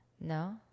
No